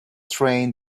train